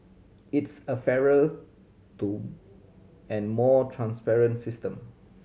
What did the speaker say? it's a fairer to and more transparent system